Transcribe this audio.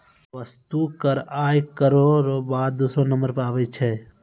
वस्तु कर आय करौ र बाद दूसरौ नंबर पर आबै छै